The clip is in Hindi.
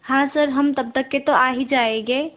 हाँ सर हम तब तक के तो आ ही जायेंगे